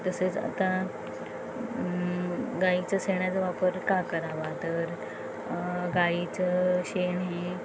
तसेच आता गाईच्या शेणाचा वापर का करावा तर गाईचं शेण हे